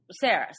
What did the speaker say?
Sarah